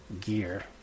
gear